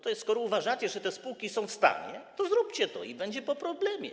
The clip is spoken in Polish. To skoro uważacie, że te spółki są w stanie, to zróbcie to i będzie po problemie.